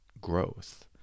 growth